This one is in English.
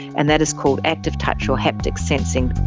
and that is called active touch or haptic sensing.